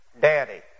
daddy